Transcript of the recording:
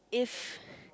if